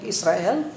Israel